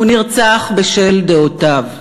הוא נרצח בשל דעותיו.